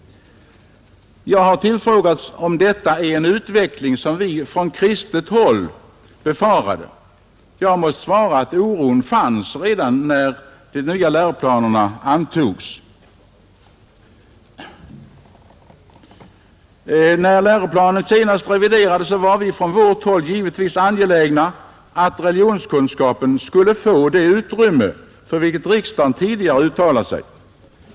Jag har tillfrågats om detta är en utveckling som vi från kristet håll befarade. Jag har måst svara att oron fanns redan när de nya läroplanerna 33 antogs. Då läroplanen senast reviderades var vi från vårt håll givetvis angelägna om att religionskunskapen skulle få det utrymme för vilket riksdagen tidigare uttalat sig.